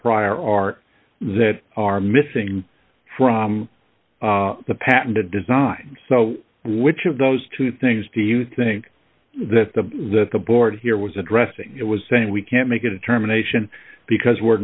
prior art that are missing from the patented design so which of those two things do you think that the that the board here was addressing it was saying we can't make a determination because we're